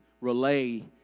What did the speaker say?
relay